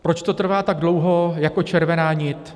Proč to trvá tak dlouho jako červená nit?